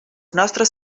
nostres